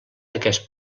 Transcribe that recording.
aquest